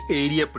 area